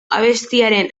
abestiaren